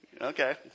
Okay